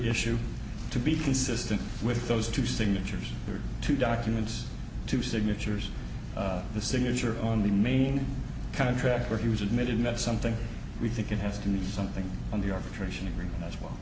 issue to be consistent with those two signatures two documents two signatures the signature on the main contractor he was admitted not something we think it has to be something on the arbitration agreement as well